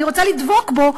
אני רוצה לדבוק בו.